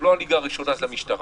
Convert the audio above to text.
הוא לא הליגה הראשונה, זה המשטרה,